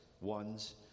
ones